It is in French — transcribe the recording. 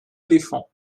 éléphants